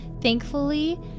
Thankfully